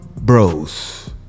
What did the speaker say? bros